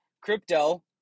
Crypto